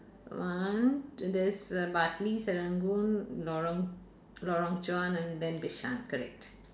one and there's a bartley serangoon lorong lorong chuan and then bishan correct